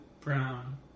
Brown